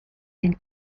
den